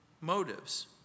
motives